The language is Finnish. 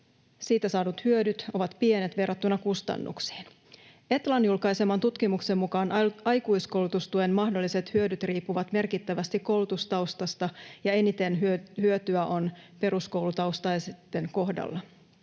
Siitä saadut hyödyt ovat pienet verrattuna kustannuksiin. Etlan julkaiseman tutkimuksen mukaan aikuiskoulutustuen mahdolliset hyödyt riippuvat merkittävästi koulutustaustasta, ja eniten hyötyä on peruskoulutaustaisten kohdalla.